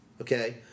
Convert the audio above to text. Okay